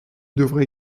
devrais